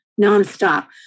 nonstop